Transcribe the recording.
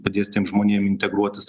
padės tiem žmonėm integruotis